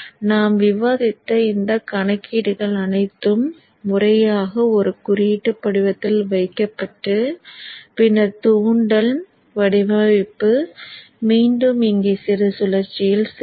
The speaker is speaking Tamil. நாம் விவாதித்த இந்தக் கணக்கீடுகள் அனைத்தும் முறையாக ஒரு குறியீட்டு படிவத்தில் வைக்கப்பட்டு பின்னர் தூண்டல் வடிவமைப்பு மீண்டும் இங்கே சிறிது சுழற்சியில் செல்லும்